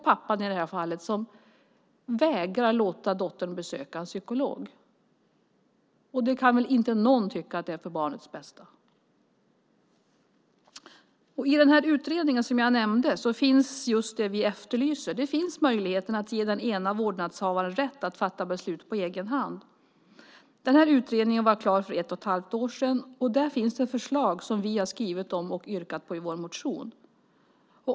Pappan vägrar låta dottern besöka en psykolog. Det kan väl inte någon tycka är för barnets bästa. I den utredning som jag nämnde finns föreslag om just det som vi efterlyser, möjligheten att ge den ena vårdnadshavaren rätt att fatta beslut på egen hand. Utredningen var klar för ett och ett halvt år sedan, och där finns det förslag om det som vi har skrivit om och yrkar på i vår motion.